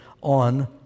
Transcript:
on